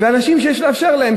ואנשים שיש לאפשר להם,